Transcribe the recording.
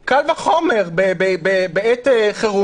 רוב, מיעוט, נניח היפותטית.